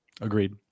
Agreed